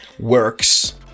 Works